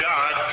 God